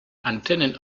antennen